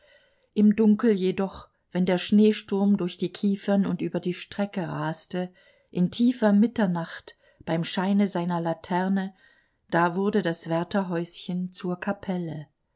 im dunkel jedoch wenn der schneesturm durch die kiefern und über die strecke raste in tiefer mitternacht beim scheine seiner laterne da wurde das wärterhäuschen zur kapelle